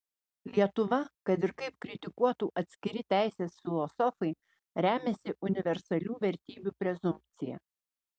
lietuva kad ir kaip kritikuotų atskiri teisės filosofai remiasi universalių vertybių prezumpcija